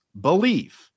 believe